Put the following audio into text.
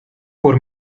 por